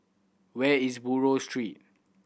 where is Buroh Street